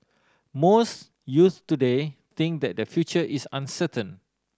most youths today think that their future is uncertain